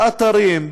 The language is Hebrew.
באתרים,